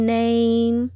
name